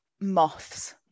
moths